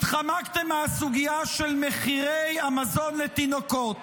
התחמקתם מהסוגיה של מחירי המזון לתינוקות.